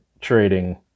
trading